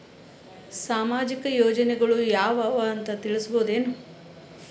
ಸಾಮಾಜಿಕ ಯೋಜನೆಗಳು ಯಾವ ಅವ ಅಂತ ತಿಳಸಬಹುದೇನು?